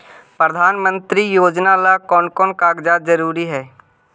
प्रधानमंत्री योजना ला कोन कोन कागजात जरूरी है?